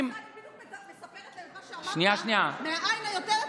אני בדיוק מספרת להם את מה שאמרת מהעין היותר-רצינית,